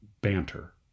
banter